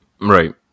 Right